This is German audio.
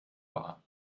war